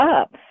up